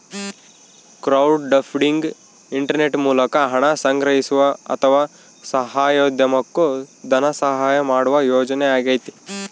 crowdfunding internet ಮೂಲಕ ಹಣ ಸಂಗ್ರಹಿಸುವ ಅಥವಾ ಸಾಹಸೋದ್ಯಮುಕ್ಕ ಧನಸಹಾಯ ಮಾಡುವ ಯೋಜನೆಯಾಗೈತಿ